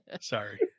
Sorry